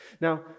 Now